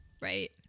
Right